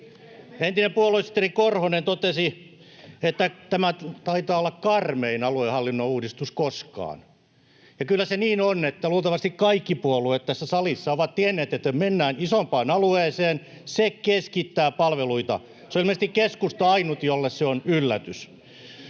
Entinen puoluesihteeri Korhonen totesi, että tämä taitaa olla karmein aluehallinnon uudistus koskaan. Ja kyllä se niin on — luultavasti kaikki puolueet tässä salissa ovat sen tienneet — että kun mennään isompaan alueeseen, se keskittää palveluita. Ilmeisesti keskusta on ainut, jolle se on yllätys.